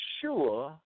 sure